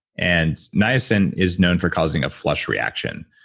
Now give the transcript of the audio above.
and niacin is known for causing a flush reaction.